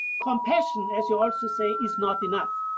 compassion, as you also say, is not enough.